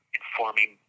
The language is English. informing